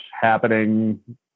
happening